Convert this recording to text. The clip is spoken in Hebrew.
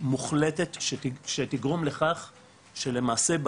מוחלטת שתגרום לכך שלמעשה,